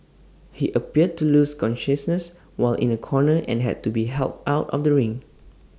he appeared to lose consciousness while in A corner and had to be helped out of the ring